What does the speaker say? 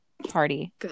party